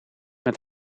met